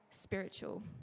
spiritual